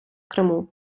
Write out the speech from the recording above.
криму